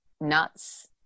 nuts